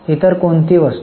इतर कोणती वस्तू